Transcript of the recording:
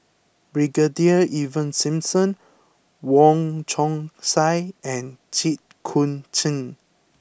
Brigadier Ivan Simson Wong Chong Sai and Jit Koon Ch'ng